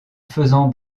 faisant